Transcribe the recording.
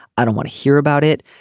i don't want to hear about it.